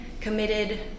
committed